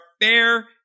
fair